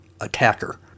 Attacker